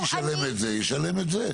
מי שישלם את זה ישלם את זה.